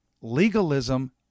Legalism